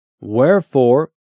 Wherefore